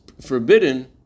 forbidden